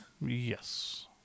Yes